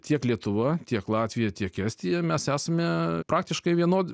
tiek lietuva tiek latvija tiek estija mes esame praktiškai vienodi